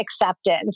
acceptance